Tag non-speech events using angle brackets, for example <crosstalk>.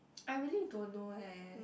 <noise> I really don't know leh